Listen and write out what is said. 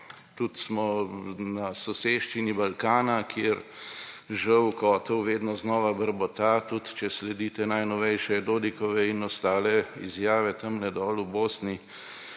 Tudi smo na soseščini Balkana, kjer žal kotel vedno znova brbota. Tudi če sledite najnovejšim Dodikovim in ostalim izjavam tamle dol v Bosni,